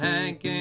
Hank